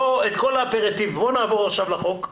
בוא, נעבור עכשיו לחוק.